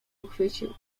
uchwycił